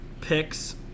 picks